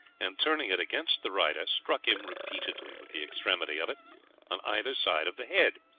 and turning it against the rider, struck him repeatedly with the extremity of it on either side of the head,